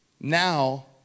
now